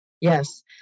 yes